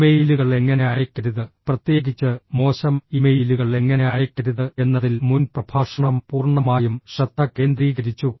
ഇമെയിലുകൾ എങ്ങനെ അയയ്ക്കരുത് പ്രത്യേകിച്ച് മോശം ഇമെയിലുകൾ എങ്ങനെ അയയ്ക്കരുത് എന്നതിൽ മുൻ പ്രഭാഷണം പൂർണ്ണമായും ശ്രദ്ധ കേന്ദ്രീകരിച്ചു